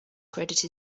credit